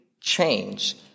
change